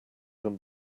can